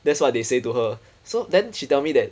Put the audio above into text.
that's what they say to her so then she tell me that